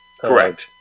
Correct